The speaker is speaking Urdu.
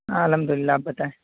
ہاں الحمدللہ آپ بتائیں